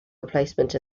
replacement